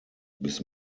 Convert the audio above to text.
bis